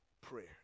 prayer